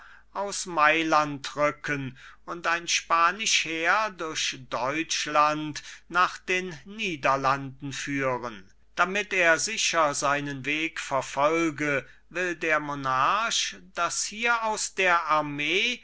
aus mailand rücken und ein spanisch heer durch deutschland nach den niederlanden führen damit er sicher seinen weg verfolge will der monarch daß hier aus der armee